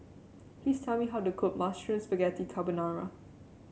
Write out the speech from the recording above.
please tell me how to cook Mushroom Spaghetti Carbonara